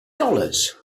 dollars